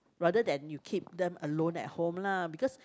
rather than you keep them alone at home lah because